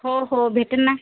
हो हो भेटेन ना